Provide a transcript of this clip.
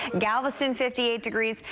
galveston, fifty eight degrees.